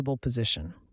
position